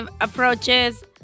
approaches